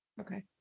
Okay